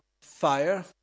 fire